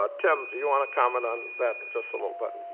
ah tim, do you want to comment on that just a little bit?